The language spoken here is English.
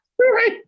Right